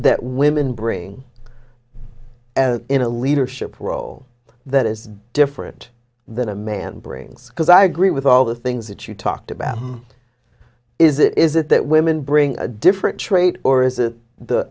that women bring in a leadership role that is different than a man brains because i agree with all the things that you talked about is it is it that women bring a different trait or is it the